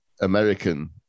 American